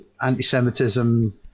Anti-Semitism